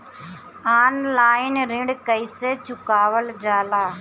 Online ऋण कईसे चुकावल जाला?